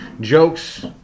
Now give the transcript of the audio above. jokes